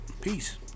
Peace